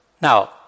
Now